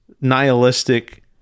nihilistic